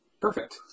perfect